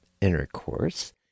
intercourse